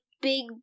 big